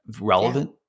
relevant